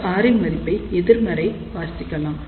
இந்த R ன் மதிப்பை எதிர்மறை வாசிக்கலாம்